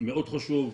מאוד חשוב,